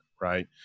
Right